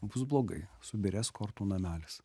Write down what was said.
bus blogai subyrės kortų namelis